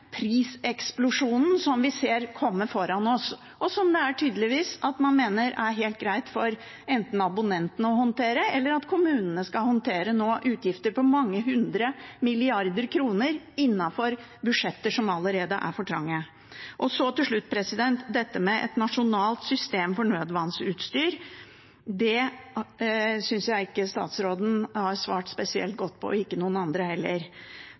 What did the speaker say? priseksplosjonen som vi ser komme foran oss; man mener tydeligvis at det er helt greit for abonnentene å håndtere den, eller at kommunene nå skal håndtere utgifter på mange hundre milliarder kroner innenfor budsjetter som allerede er for trange. Og så til slutt dette med et nasjonalt system for nødvannsutstyr: Det synes jeg ikke statsråden har svart spesielt godt på, og ikke noen andre heller.